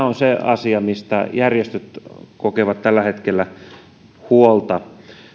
on se asia mistä järjestöt kokevat tällä hetkellä huolta